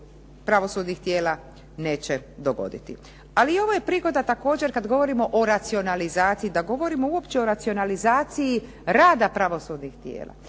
pravosudnih tijela, neće dogoditi. Ali ovo je prigoda također kad govorimo o racionalizaciji, da govorimo uopće o racionalizaciji rada pravosudnih tijela.